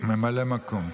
ממלא מקום.